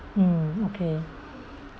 mm okay